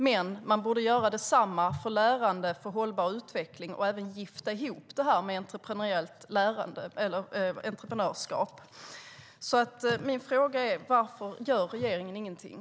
Men de borde göra detsamma för lärande för hållbar utveckling och även gifta ihop det med entreprenörskap. Min fråga är: Varför gör regeringen ingenting?